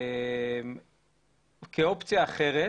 כאופציה אחרת